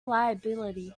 liability